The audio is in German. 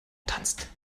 tanzt